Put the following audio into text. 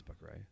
right